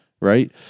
right